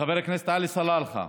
לחבר הכנסת עלי סלאלחה,